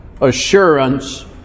assurance